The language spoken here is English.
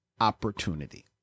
opportunity